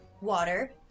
water